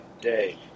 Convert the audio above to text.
day